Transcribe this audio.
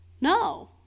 No